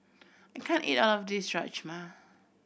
I can't eat all of this Rajma